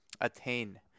attain